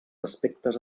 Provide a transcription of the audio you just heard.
aspectes